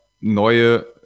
neue